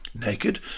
Naked